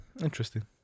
Interesting